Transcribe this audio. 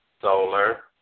solar